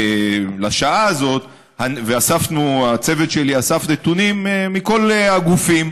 לשעה הזאת והצוות שלי אסף נתונים מכל הגופים,